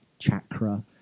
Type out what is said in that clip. chakra